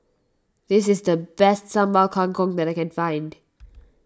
this is the best Sambal Kangkong that I can find